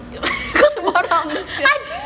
kau sembarang seh